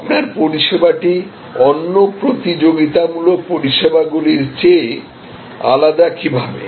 আপনার পরিষেবাটি অন্য প্রতিযোগিতামূলক পরিষেবাগুলির চেয়ে আলাদা কীভাবে